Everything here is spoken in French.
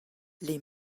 les